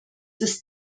ist